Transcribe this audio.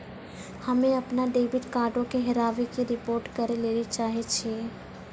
हम्मे अपनो डेबिट कार्डो के हेराबै के रिपोर्ट करै लेली चाहै छियै